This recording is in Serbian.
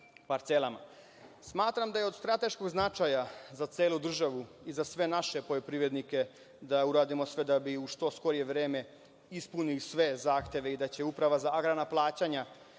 parcelama. Smatram da je od strateškog značaja za celu državu i za sve naše poljoprivrednike da uradimo sve da bi u što skorije vreme ispunili sve zahteve i da će Uprava za agrarna plaćanja